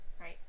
Right